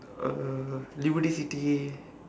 uh liberty city